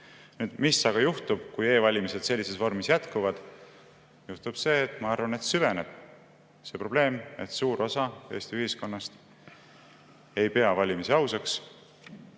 Mis aga juhtub, kui e-valimised sellises vormis jätkuvad? Juhtub see, ma arvan, et süveneb see probleem, et suur osa Eesti ühiskonnast ei pea valimisi ausaks